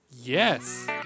Yes